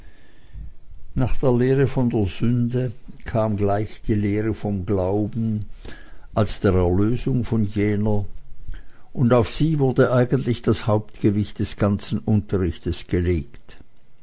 nach der lehre von der sünde kam gleich die lehre vom glauben als der erlösung von jener und auf sie wurde eigentlich das hauptgewicht des ganzen unterrichtes gelegt